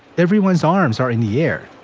everyone's arms are in the air,